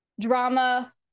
Drama